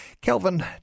Kelvin